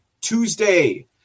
Tuesday